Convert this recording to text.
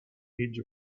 age